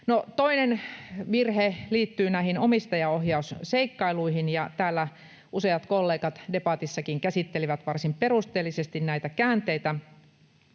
toinen virhe liittyy näihin omistajaohjausseikkailuihin, ja täällä useat kollegat debatissakin käsittelivät varsin